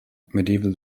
medieval